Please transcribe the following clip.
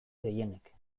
gehienek